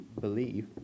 believe